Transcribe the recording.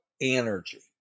energy